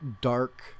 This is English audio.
dark